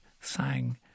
sang